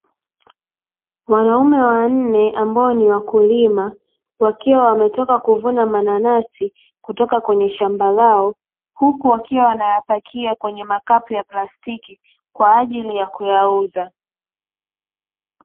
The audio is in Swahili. Wanaume wanne ambao ni wakulima, wakiwa wametoka kuvuna mananasi kutoka kwenye shamba lao, huku wakiwa wanayapakia kwenye makapu ya plastiki, kwa ajili ya kuyauza.